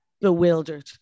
bewildered